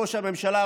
ראש הממשלה,